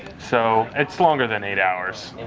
so, it's longer than eight hours.